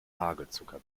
hagelzucker